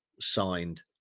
signed